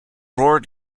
roared